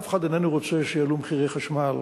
ואף אחד איננו רוצה שיעלו מחירי החשמל